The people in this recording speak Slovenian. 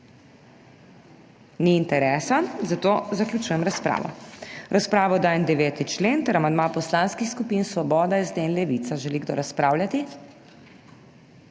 Ni interesa, zato zaključujem razpravo. V razpravo dajem 9. člen ter amandma poslanskih skupin Svoboda, SD in Levica. Želi kdo razpravljati?